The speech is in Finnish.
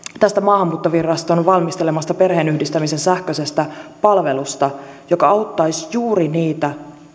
tästä maahanmuuttoviraston valmistelemasta perheenyhdistämisen sähköisestä palvelusta joka auttaisi juuri niitä